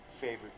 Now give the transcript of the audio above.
favorite